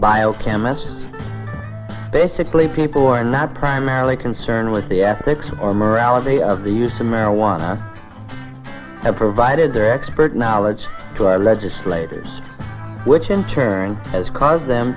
biochemist basically people who are not primarily concerned with the ethics or morality of the use of marijuana have provided their expert knowledge to our legislators which in turn has caused them